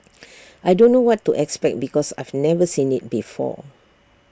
I don't know what to expect because I've never seen IT before